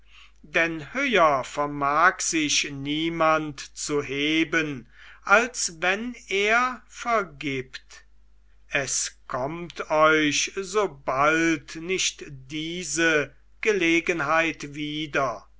denn höher vermag sich niemand zu heben als wenn er vergibt es kommt euch so bald nicht diese gelegenheit wieder